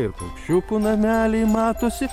ir paukščiukų nameliai matosi